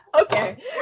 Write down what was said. Okay